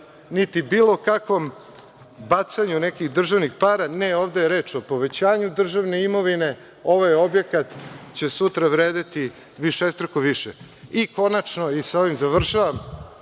niti bilo kakvom bacanju nekih državnih para, ne ovde je reč o povećanju državne imovine. Ovaj objekat će sutra vredeti višestruko više. Na kraju, sa ovim završavam,